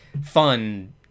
fun